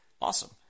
Awesome